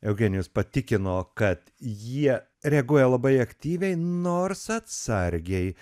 eugenijus patikino kad jie reaguoja labai aktyviai nors atsargiai